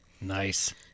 Nice